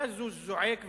ואז הוא זועק וצועק: